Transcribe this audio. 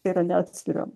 tai yra neatskiriama